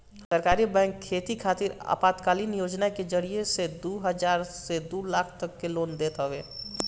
सहकारी बैंक खेती खातिर अल्पकालीन योजना के जरिया से दू हजार से दू लाख तक के लोन देत हवे